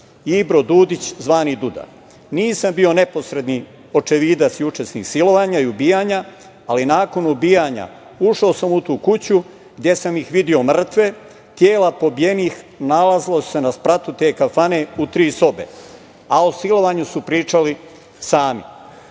Ibro Dudić zvani Duda. Nisam bio neposredni očevidac i učesnik silovanja i ubijanja, ali nakon ubijanja ušao sam u tu kuću gde sam ih video mrtve. Tela pobijenih nalazila su se na spratu te kafane u tri sobe, a o silovanju su pričali